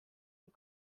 and